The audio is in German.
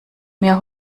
mir